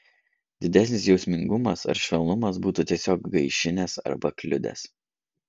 didesnis jausmingumas ar švelnumas būtų tiesiog gaišinęs arba kliudęs